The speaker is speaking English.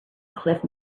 cliff